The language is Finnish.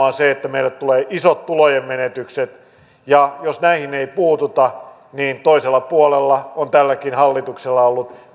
on se että meille tulee isot tulojen menetykset jos näihin ei puututa niin toisella puolella on tälläkin hallituksella ollut